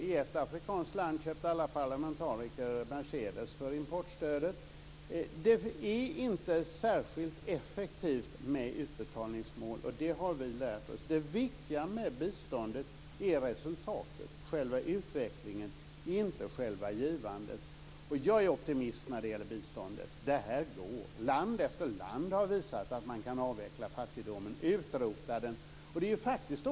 I ett afrikanskt land köpte alla parlamentariker Mercedes för importstödet. Det är inte särskilt effektivt med utbetalningsmål. Det har vi lärt oss. Det viktiga med biståndet är resultatet, själva utvecklingen, inte själva givandet. Jag är optimist när det gäller biståndet. Det här går. Land efter land har visat att man kan avveckla fattigdomen och utrota den.